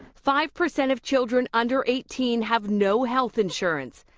five percent of children under eighteen have no health insurance.